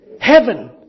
heaven